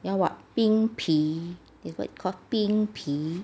ya [what] 饼皮 is like called 饼皮